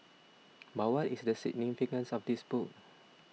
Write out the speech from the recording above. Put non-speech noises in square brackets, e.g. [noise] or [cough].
[noise] but what is the significance of this book